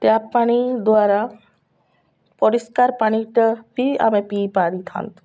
tap ପାନି ଦ୍ୱାରା ପରିଷ୍କାର ପାନିଟା ବିି ଆମେ ପିଇପାରୁଥାନ୍ତୁ